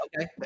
Okay